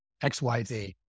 XYZ